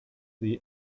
sie